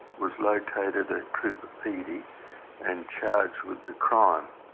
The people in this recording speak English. was located at cooper pedy and charged with the crime.